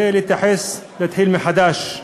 ולהתייחס, להתחיל מחדש,